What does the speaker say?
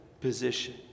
position